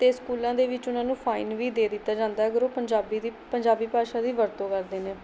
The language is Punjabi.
ਅਤੇ ਸਕੂਲਾਂ ਦੇ ਵਿੱਚ ਉਹਨਾਂ ਨੂੰ ਫਾਈਨ ਵੀ ਦੇ ਦਿੱਤਾ ਜਾਂਦਾ ਅਗਰ ਉਹ ਪੰਜਾਬੀ ਦੀ ਪੰਜਾਬੀ ਭਾਸ਼ਾ ਦੀ ਵਰਤੋਂ ਕਰਦੇ ਨੇ